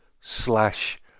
slash